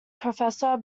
professor